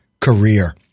career